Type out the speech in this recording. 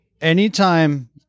anytime